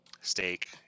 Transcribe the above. steak